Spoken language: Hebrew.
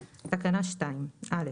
(א)